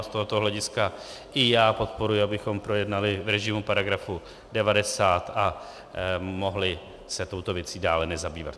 Z tohoto hlediska i já podporuji, abychom projednali v režimu § 90 a mohli se touto věcí dále nezabývat.